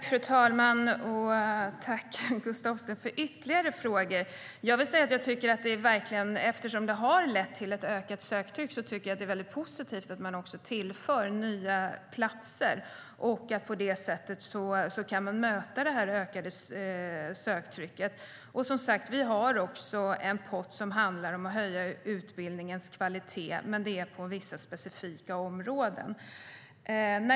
Fru talman! Tack, Gustaf Hoffstedt, för ytterligare frågor! Eftersom detta har lett till ett ökat söktryck tycker jag att det är väldigt positivt att man tillför nya platser. På det sättet kan man möta det ökade söktrycket. Och, som sagt, vi har också en pott som handlar om att höja utbildningens kvalitet, men det är på vissa specifika områden.